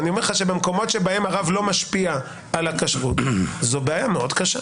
ואני אומר לך שבמקומות שבהם הרב לא משפיע על הכשרות זו בעיה מאוד קשה.